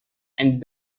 and